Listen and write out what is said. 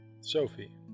Sophie